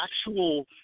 actual